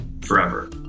forever